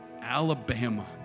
Alabama